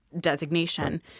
designation